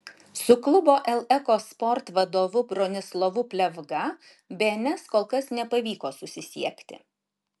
su klubo el eko sport vadovu bronislovu pliavga bns kol kas nepavyko susisiekti